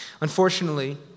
Unfortunately